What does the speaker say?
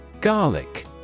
Garlic